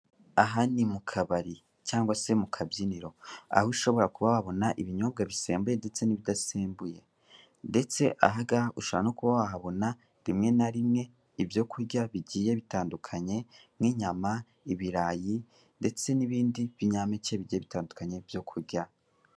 Aha ni mu kabari cyangwa se mu kabyiniro, aho ushobora kuba wabona ibinyobwa bisembuye ndetse n'ibidasembuye ndetse aha ngaha ushobora kuba wahabona rimwe na rimwe ibyo kurya bigiye bitandukanye nk'inyama, ibirayi ndetse n'ibindi binyampeke bigiye bitandukanye byo kurya.